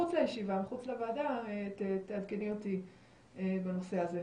מחוץ לישיבה, מחוץ לוועדה, תעדכני אותי בנושא הזה.